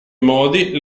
modi